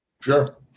Sure